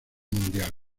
mundial